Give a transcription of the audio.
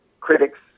Critics